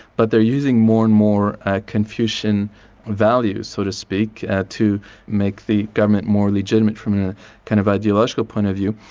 but they're using more and more ah confucian values so to speak, to make the government more legitimate from the kind of ideological point of view.